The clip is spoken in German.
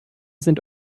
sind